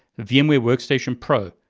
vmware workstation pro,